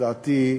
לדעתי,